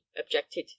objected